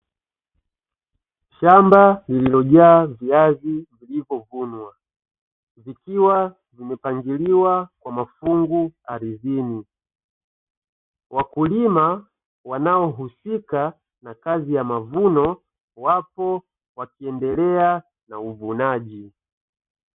Shamba lililojaa viazi vilivyovunwa vikiwa vimepangiliwa kwa mafungu ardhini, wakulima wanaohusika na kazi ya mavuno wapo wakiendelea na uvunaji.